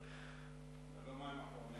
זה לא מים אחרונים.